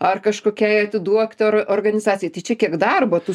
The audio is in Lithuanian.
ar kažkokiai atiduokit tai ar organizacijai tai čia kiek darbo tu